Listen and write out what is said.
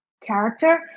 character